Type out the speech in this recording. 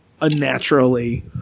unnaturally